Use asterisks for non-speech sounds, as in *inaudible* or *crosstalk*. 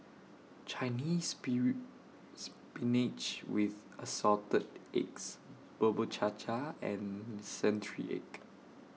Chinese *unintelligible* Spinach with Assorted Eggs Bubur Cha Cha and Century Egg